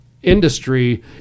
industry